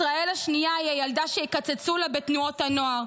ישראל השנייה היא הילדה שיקצצו לה בתנועות הנוער,